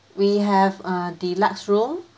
we have a deluxe room